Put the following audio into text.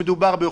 עכשיו מדבר שלמה